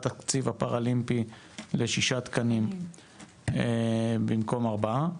התקציב הפראלימפי לשישה תקנים במקום ארבעה,